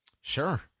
Sure